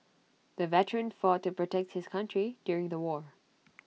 the veteran fought to protect his country during the war